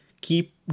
keep